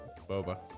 Boba